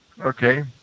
Okay